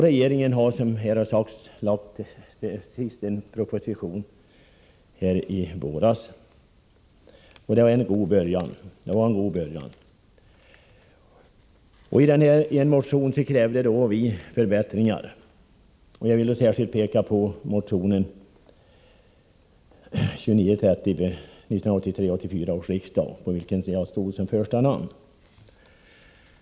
Regeringen framlade, som här har sagts, i våras en proposition i ärendet, och det var en god början. I motion nr 1983/84:2930, på vilken jag stod som första namn, krävde vi förbättringar.